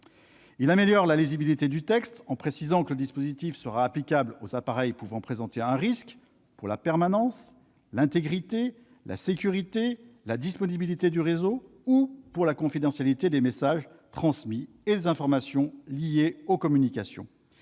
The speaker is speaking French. Il améliore la lisibilité de la proposition de loi, en précisant que le dispositif sera applicable aux appareils pouvant présenter un risque « pour la permanence, l'intégrité, la sécurité, la disponibilité du réseau ou pour la confidentialité des messages transmis et des informations liées aux communications